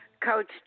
Coach